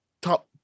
top